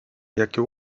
jakie